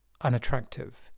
unattractive